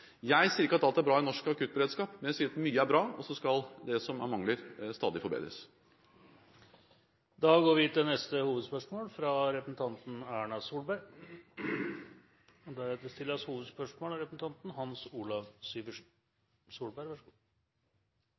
Jeg sier ikke at alt er bra i norsk akuttberedskap, men jeg sier at mye er bra. Så skal det som er mangler, stadig forbedres. Da går vi til neste hovedspørsmål – fra representanten Erna Solberg. Situasjonen når det gjelder akuttmottakene, gir i og